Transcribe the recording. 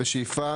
בשאיפה,